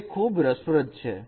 જે ખૂબ જ રસપ્રદ છે